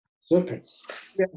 serpents